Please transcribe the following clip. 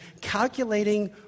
calculating